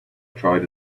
tried